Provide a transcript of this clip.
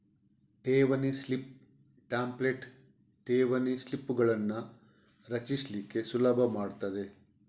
ಠೇವಣಿ slip template ಠೇವಣಿ ಸ್ಲಿಪ್ಪುಗಳನ್ನ ರಚಿಸ್ಲಿಕ್ಕೆ ಸುಲಭ ಮಾಡ್ತದೆ